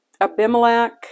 Abimelech